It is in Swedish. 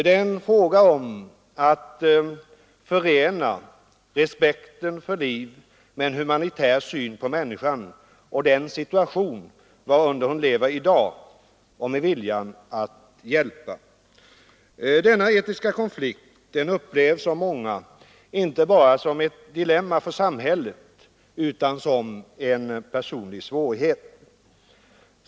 Det är en fråga om att förena respekten för liv med en humanitär syn på människan och den situation varunder hon lever i dag, och med viljan att hjälpa. Denna etiska konflikt upplevs av många inte bara som ett dilemma för samhället utan också som en personlig svårighet.